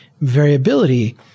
variability